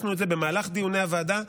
הכנסנו את זה במהלך דיוני הוועדה,